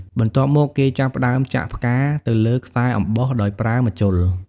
បន្ទាប់មក គេចាប់ផ្ដើមចាក់ផ្កាទៅលើខ្សែអំបោះដោយប្រើម្ជុល។